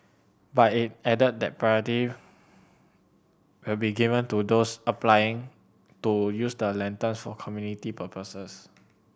but it added that priority will be given to those applying to use the lanterns for community purposes